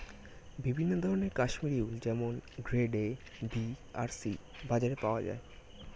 বিভিন্ন ধরনের কাশ্মীরি উল যেমন গ্রেড এ, বি আর সি বাজারে পাওয়া যায়